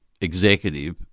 executive